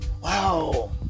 Wow